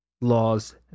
laws